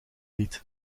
niet